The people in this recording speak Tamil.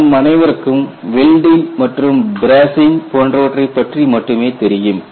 நம் அனைவருக்கும் வெல்டிங் மற்றும் பிரேசிங் போன்றவற்றை பற்றி மட்டுமே தெரியும்